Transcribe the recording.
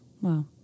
Wow